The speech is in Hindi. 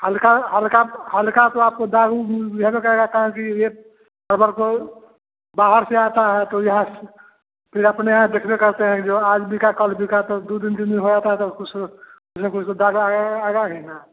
हल्का हल्का ब हल्का तो दाग उग बुझइबे करेगा काहे कि यह परवल को बाहर से आता है तो यहा स फ़िर अपने यहाँ देखबे करते हैं जो आज बिका कल बिका तो दो दिन तीन दिन हो जाता है तो कुछ कुछ न कुछ दाग आएगा आएगा ही न